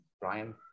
Brian